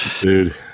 dude